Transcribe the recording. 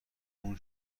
اون